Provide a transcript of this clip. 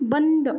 बंद